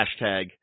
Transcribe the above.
hashtag